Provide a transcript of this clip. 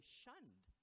shunned